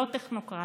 לא טכנוקרטים.